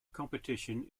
competition